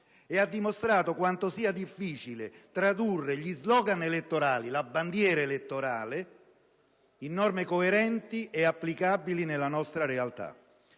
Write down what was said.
ed ha dimostrato quanto sia difficile tradurre gli slogan elettorali, la bandiera elettorale, in norme coerenti ed applicabili alla nostra realtà.